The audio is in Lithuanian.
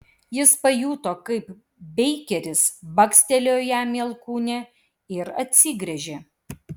jis pajuto kaip beikeris bakstelėjo jam į alkūnę ir atsigręžė